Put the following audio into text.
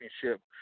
championship